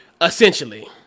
essentially